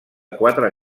quatre